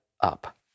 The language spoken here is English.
up